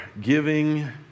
giving